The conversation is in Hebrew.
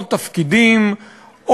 עוד תפקידים,